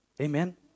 Amen